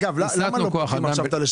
בשנת 2018